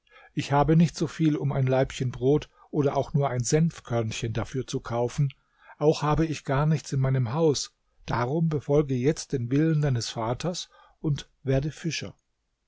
ich habe nicht so viel um ein laibchen brot oder auch nur ein senfkörnchen dafür zu kaufen auch habe ich gar nichts in meinem haus darum befolge jetzt den willen deines vaters und werde fischer